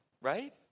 Right